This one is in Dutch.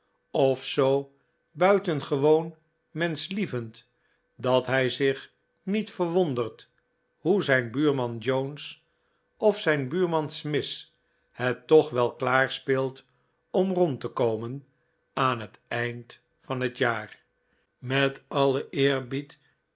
zoo buitengewoon menschlievend dat hij zich niet verwondert noe zi j n buurman jones of zijn buurman smith het toch wel klaar speelt om rond oado ooa oo te komen aan het eind van het jaar met alien eerbied